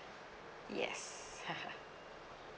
yes haha